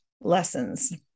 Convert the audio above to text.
lessons